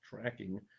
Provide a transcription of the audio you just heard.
tracking